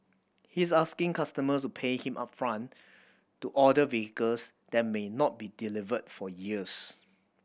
he's asking customers to pay him upfront to order vehicles that may not be delivered for years